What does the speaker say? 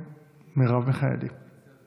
ותעבור להמשך דיון בוועדת החוקה,